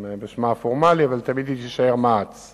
אף שאין הבדל משמעותי בתנאים ובהליכים הנדרשים מכל מבקש רשיון.